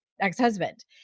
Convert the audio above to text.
ex-husband